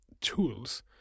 tools